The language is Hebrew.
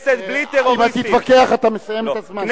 זה התיקון שאתה מבקש, כנסת בלי ערבים.